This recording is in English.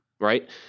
right